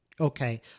Okay